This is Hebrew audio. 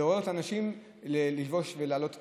אז לעורר את האנשים ללבוש את המסכות,